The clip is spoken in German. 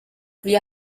wir